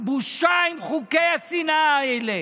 בושה עם חוקי השנאה האלה.